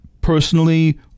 personally